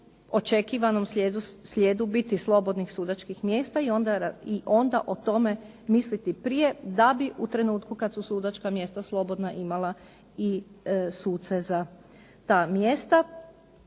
očekivanom slijedu biti slobodnih sudačkih mjesta i onda o tome misliti prije da bi u trenutku kada su sudačka mjesta slobodna imati i suce za ta mjesta.